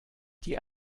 die